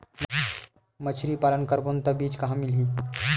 मछरी पालन करबो त बीज कहां मिलही?